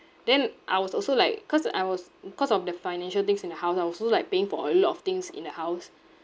then I was also like cause I was cause of the financial things in the house I was also like paying for a lot of things in the house